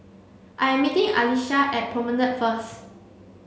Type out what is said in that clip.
I am meeting Alesia at Promenade first